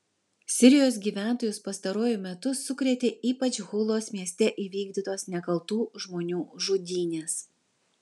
sirijos gyventojus pastaruoju metu sukrėtė ypač hulos mieste įvykdytos nekaltų žmonių žudynės